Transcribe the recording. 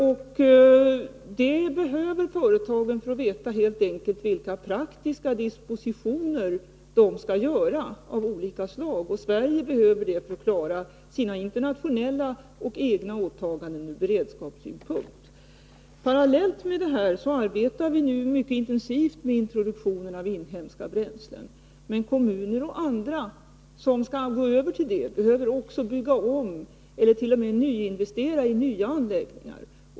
Företagen behöver det helt enkelt för att kunna göra praktiska dispositioner av olika slag. Sverige behöver det för att klara sina internationella och sina interna åtaganden ur beredskapssynpunkt. Parallellt med detta arbetar vi nu mycket intensivt med introduktionen av inhemska bränslen. Men kommuner och andra som skall gå över till sådana bränslen behöver också bygga om och t.o.m. nyinvestera i nya anläggningar.